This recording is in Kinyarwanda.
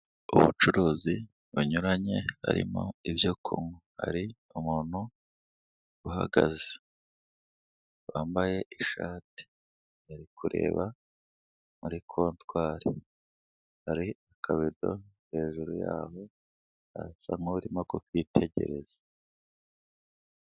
Ubucuruzi bunyuranye harimo ibyo kunywa. Hari umuntu uhagaze, wambaye ishati, ari kureba muri kontwari, hari akabido hejuru yabo, arasa nk'aho arimo kukitegereza.